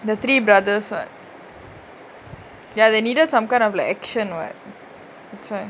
the three brothers [what] ya they needed some kind of like action [what] that's why